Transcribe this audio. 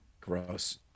Gross